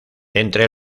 entre